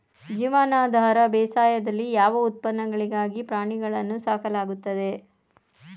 ಜೀವನಾಧಾರ ಬೇಸಾಯದಲ್ಲಿ ಯಾವ ಉತ್ಪನ್ನಗಳಿಗಾಗಿ ಪ್ರಾಣಿಗಳನ್ನು ಸಾಕಲಾಗುತ್ತದೆ?